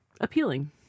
appealing